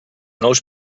nous